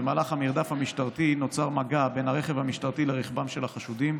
במהלך המרדף המשטרתי נוצר מגע בין הרכב המשטרתי לרכבם של החשודים,